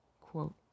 quote